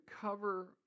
cover